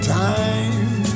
time